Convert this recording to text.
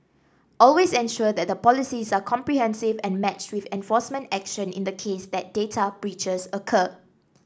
always ensure that the policies are comprehensive and matched with enforcement action in the case that data breaches occur